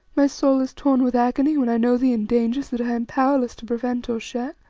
my soul is torn with agony when i know thee in dangers that i am powerless to prevent or share?